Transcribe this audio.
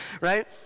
right